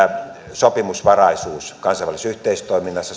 sopimuksenvaraisuus kansainvälisessä yhteistoiminnassa